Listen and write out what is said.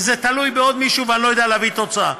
וזה תלוי בעוד מישהו ואני לא יודע להביא תוצאה.